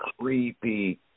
creepy